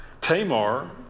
Tamar